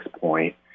point